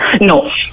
No